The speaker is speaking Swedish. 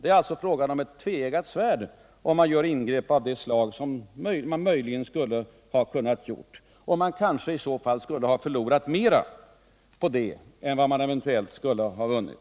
Det blir fråga om ett tveeggat svärd om man gör ingrepp av det slag som man kunde ha gjort, men i så fall kanske man skulle ha förlorat mera än vad man eventuellt skulle ha vunnit.